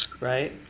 right